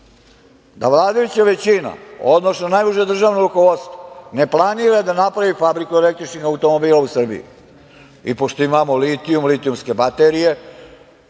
da vladajuća većina, odnosno najuže državo rukovodstvo ne planira da napravi fabriku električnih automobila u Srbiji i pošto imamo litijum, litijumske baterije